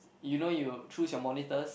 you know you choose your monitors